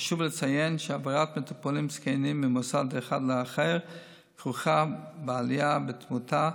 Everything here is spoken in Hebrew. חשוב לציין שהעברת מטופלים זקנים ממוסד אחד לאחר כרוכה בעלייה בתמותה,